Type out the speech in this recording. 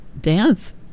dance